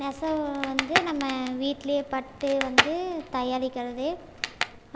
நெசவு வந்து நம்ம வீட்டிலேயே பட்டு வந்து தயாரிக்கிறது